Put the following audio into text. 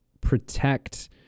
protect